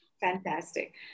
fantastic